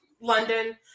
London